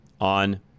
on